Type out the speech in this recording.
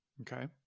okay